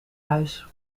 huis